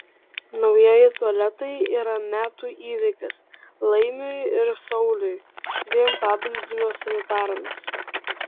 naujieji tualetai yra metų įvykis laimiui ir sauliui dviem paplūdimio sanitarams